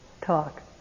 talk